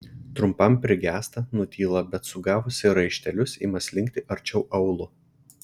trumpam prigęsta nutyla bet sugavusi raištelius ima slinkti arčiau aulo